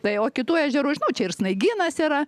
tai o kitų ežerų žinau čia ir snaigynas yra